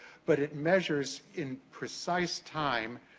but, it measures in precise time,